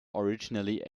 originally